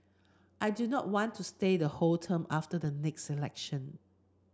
I do not want to stay the whole term after the next selection